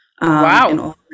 wow